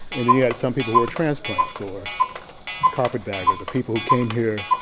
and then you had some people who were transplants, or carpetbaggers, or people who came here,